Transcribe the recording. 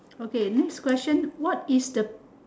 okay next question what is the